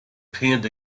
pinned